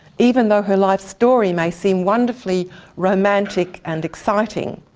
even though her life story may seem wonderfully romantic and exciting.